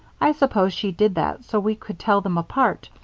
i suppose she did that so we could tell them apart,